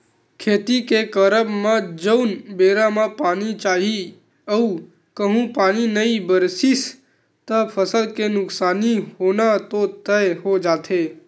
खेती के करब म जउन बेरा म पानी चाही अऊ कहूँ पानी नई बरसिस त फसल के नुकसानी होना तो तय हो जाथे